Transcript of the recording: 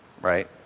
Right